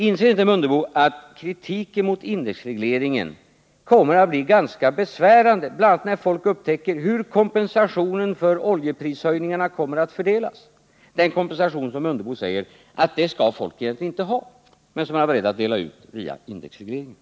Inser inte Ingemar Mundebo att kritiken mot indexregleringen kommer att bli ganska besvärande, bl.a. när folk upptäcker hur kompensationen för oljeprisstegringarna kommer att fördelas, den kompensation som Ingemar Mundebo säger att folk egentligen inte skall ha men som han ändå är beredd att dela ut via indexregleringen?